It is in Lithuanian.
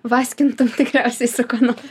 vaskintum tikriausiai su kuo nors